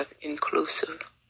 inclusive